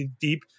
Deep